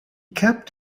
kept